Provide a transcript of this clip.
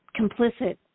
complicit